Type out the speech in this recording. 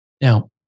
Now